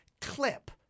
clip